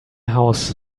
house